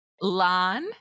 Lan